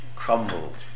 crumbled